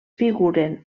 figuren